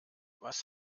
was